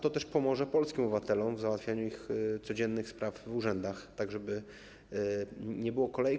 To też pomoże polskim obywatelom w załatwianiu ich codziennych spraw w urzędach, tak żeby nie było kolejek.